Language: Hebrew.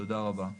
תודה רבה.